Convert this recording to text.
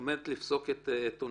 עומדת לפסוק את עונשו.